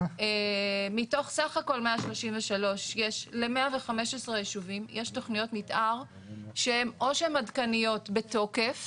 מתוך סך הכל 133 ל-115 ישובים יש תכניות מתאר שאו שהן עדכניות בתוקף